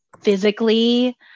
Physically